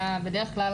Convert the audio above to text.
בדרך כלל